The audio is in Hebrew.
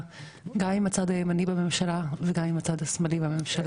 גם עם הצד הימני וגם עם הצד השמאלי בממשלה.